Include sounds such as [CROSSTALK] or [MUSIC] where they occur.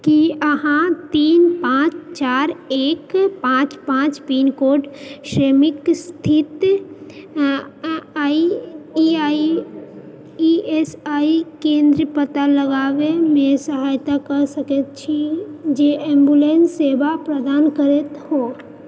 की अहाँ तीन पाँच चार एक पाँच पाँच पिन कोड [UNINTELLIGIBLE] स्थित I E I E S I केंद्रक पता लगाबयमे सहायता कऽ सकैत छी जे एम्बुलेंस सेवा प्रदान करैत हो